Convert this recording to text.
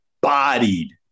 bodied